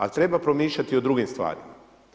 Ali treba promišljati o drugim stvarima.